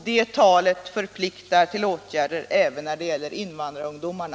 Det talet förpliktar till åtgärder även när det gäller invandrarungdomarna.